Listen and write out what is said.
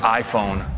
iPhone